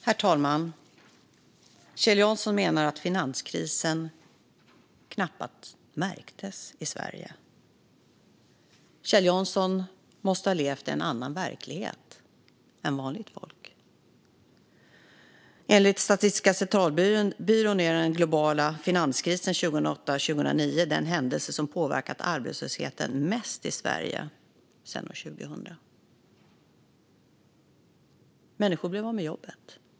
Herr talman! Kjell Jansson menar att finanskrisen knappt märktes i Sverige. Kjell Jansson måste ha levt i en annan verklighet än vanligt folk. Enligt Statistiska centralbyrån är den globala finanskrisen 2008-2009 den händelse som påverkat arbetslösheten mest i Sverige sedan år 2000. Människor blev av med jobbet.